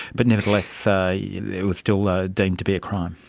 but nevertheless so you know it was still ah deemed to be a crime.